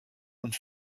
und